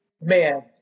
man